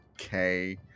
Okay